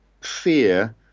fear